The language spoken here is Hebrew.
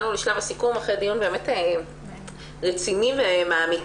הגענו לשלב הסיכום אחרי דיון באמת רציני ומעמיק.